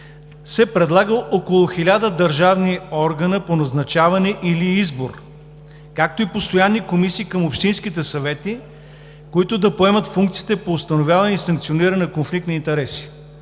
се предлагат около 1000 държавни органа по назначаване или избор, както и постоянни комисии към общинските съвети, които да поемат функциите по установяване и санкциониране на конфликта на интереси.